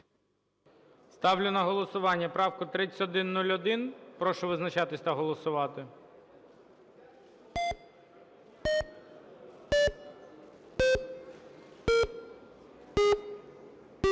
Ставлю на голосування правку 3101. Прошу визначатися та голосувати. 17:31:27